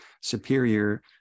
superior